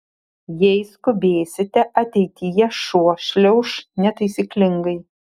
jei skubėsite ateityje šuo šliauš netaisyklingai